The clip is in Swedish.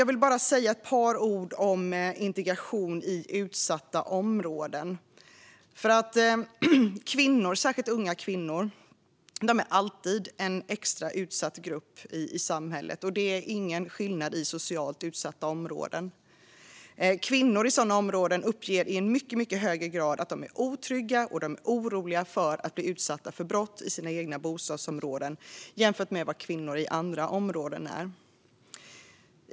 Jag vill bara säga några ord om integration i utsatta områden. Kvinnor, särskilt unga kvinnor, är alltid en extra utsatt grupp i samhället. Det är ingen skillnad i socialt utsatta områden. Kvinnor i sådana områden uppger i högre grad att de är otrygga och oroliga för att bli utsatta för brott i sina egna bostadsområden jämfört med kvinnor i andra områden.